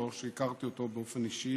לא הכרתי אותו באופן אישי,